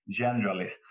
generalists